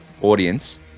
audience